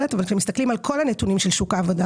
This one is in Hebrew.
אבל כשמסתכלים על כל הנתונים של שוק העבודה